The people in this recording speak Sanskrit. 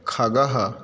खगः